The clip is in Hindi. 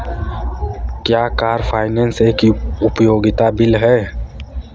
क्या कार फाइनेंस एक उपयोगिता बिल है?